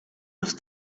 have